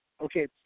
Okay